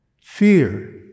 fear